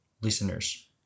listeners